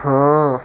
ਹਾਂ